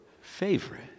favorite